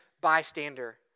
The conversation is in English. bystander